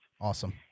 Awesome